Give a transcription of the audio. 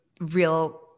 real